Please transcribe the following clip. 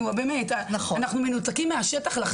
אנחנו מנותקים מהשטח.